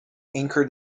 anchored